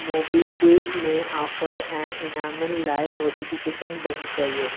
MobiKwik में offer ऐं इनामनि लाइ नोटिफिकेशन बंदि करियो